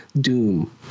Doom